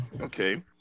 okay